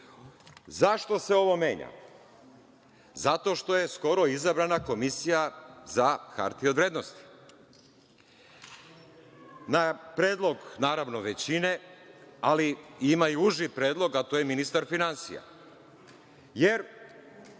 se ovo menja? Zato što je skoro izabrana Komisija za hartije od vrednosti, na predlog naravno većine, ali ima i uži predlog, a to je ministar finansija. Jer,